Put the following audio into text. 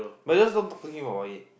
but I'll just not talk to him about it